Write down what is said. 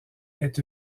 est